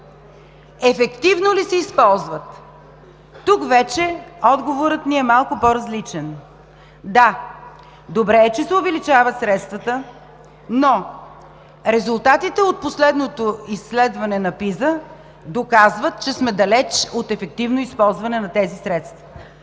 Ефективно ли се използват? Тук вече отговорът ни е малко по-различен. Да, добре е, че се увеличават средствата, но резултатите от последното изследване на PISA доказват, че сме далеч от ефективно използване на тези средства.